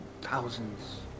Thousands